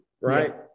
right